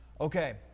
Okay